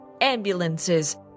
ambulances